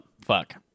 fuck